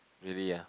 really ah